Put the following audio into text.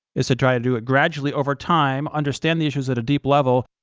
is to try to do it gradually over time, understand the issues at a deep level,